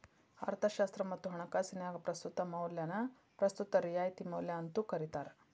ಅರ್ಥಶಾಸ್ತ್ರ ಮತ್ತ ಹಣಕಾಸಿನ್ಯಾಗ ಪ್ರಸ್ತುತ ಮೌಲ್ಯನ ಪ್ರಸ್ತುತ ರಿಯಾಯಿತಿ ಮೌಲ್ಯ ಅಂತೂ ಕರಿತಾರ